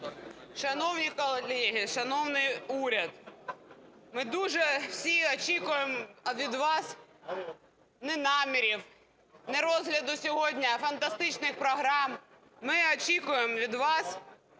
Шановні колеги, шановний уряд! Ми дуже всі очікуємо від вас не намірів, не розгляду сьогодні фантастичних програм. Ми очікуємо від вас